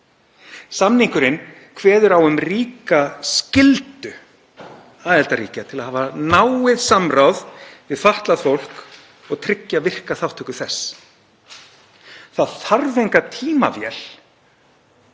Samningurinn kveður á um ríka skyldu aðildarríkja til að hafa náið samráð við fatlað fólk og tryggja virka þátttöku þess. Það þarf enga tímavél,